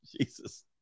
Jesus